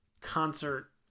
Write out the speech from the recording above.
concert